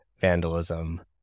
vandalism